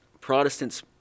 Protestants